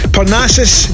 Parnassus